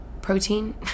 protein